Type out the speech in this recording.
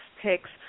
picks